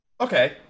Okay